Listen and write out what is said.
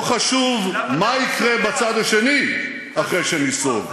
לא חשוב מה יקרה בצד השני אחרי שניסוג: